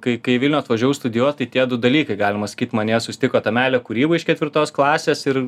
kai kai į vilnių atvažiavau studijuot tai tie du dalykai galima sakyt manyje susitiko ta meilė kūrybai iš ketvirtos klasės ir